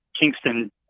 Kingston